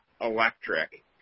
electric